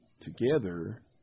together